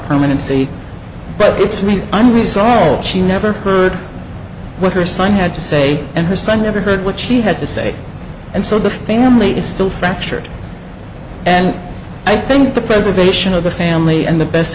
permanency but it's me i'm resigning she never heard what her son had to say and her son never heard what she had to say and so the family is still fractured and i think the preservation of the family and the best